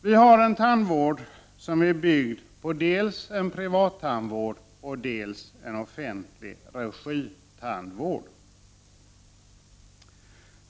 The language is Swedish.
Vår tandvård är byggd dels på en privattandvård, dels på en offentlig-regi-tandvård.